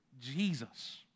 Jesus